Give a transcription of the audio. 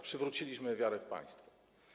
Przywróciliśmy wiarę w państwo.